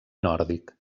nòrdic